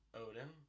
Odin